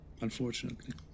unfortunately